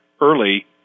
early